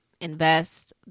invest